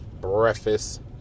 breakfast